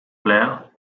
player